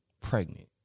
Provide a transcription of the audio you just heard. pregnant